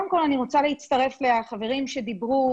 אני רוצה להצטרף לחברים שדיברו,